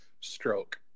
stroke